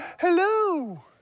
hello